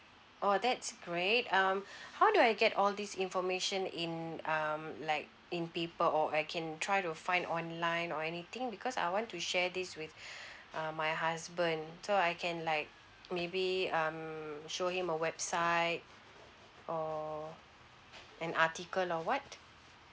oh that's great um how do I get all these information in um like in paper or I can try to find online or anything because I want to share this with uh my husband so I can like maybe um show him a website or an article or what